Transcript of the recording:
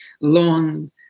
long